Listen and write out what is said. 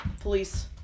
police